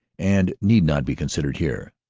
and need not be considered here.